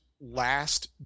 last